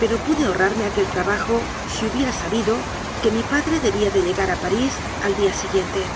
pero pude ahorrarme aquel trabajo si hubiera sa bido que mi padre debía de llegar a parís al día siguiente